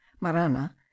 Marana